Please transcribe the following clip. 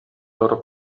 loro